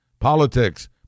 politics